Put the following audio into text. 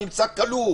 אדם נמצא כלוא.